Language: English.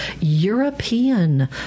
European